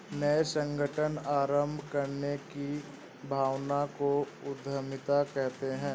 नये संगठन आरम्भ करने की भावना को उद्यमिता कहते है